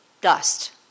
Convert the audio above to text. dust